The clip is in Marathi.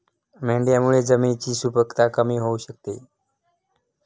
मेंढ्यांमुळे जमिनीची सुपीकता कमी होऊ शकते